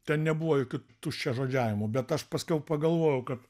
ten nebuvo jokių tuščiažodžiavimų bet aš paskiau pagalvojau ka